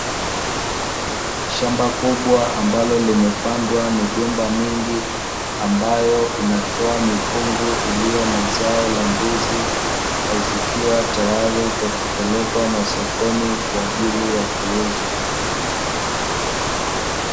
Shamba kubwa ambalo limepandwa migomba mingi ambayo inatoa mikungu iliyo na zao la ndizi, zikiwa tayari kwa kupelekwa masokoni kwa ajili ya kuuzwa.